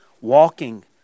walking